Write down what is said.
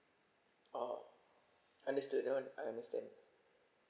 oh understood that one I understand